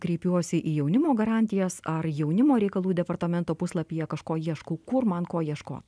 kreipiuosi į jaunimo garantijas ar jaunimo reikalų departamento puslapyje kažko ieškau kur man ko ieškot